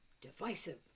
divisive